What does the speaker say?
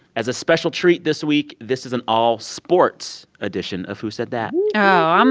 as a special treat this week, this is an all-sports edition of who said that oh, um